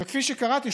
וכפי שקראתי,